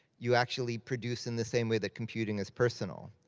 you actually produce in the same way that computing is personal.